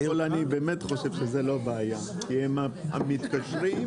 באמת חושב שזאת לא בעיה, כי הם מתקשרים,